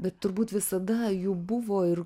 bet turbūt visada jų buvo ir